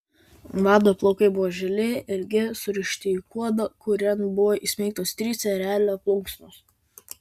vado plaukai buvo žili ilgi surišti į kuodą kurian buvo įsmeigtos trys erelio plunksnos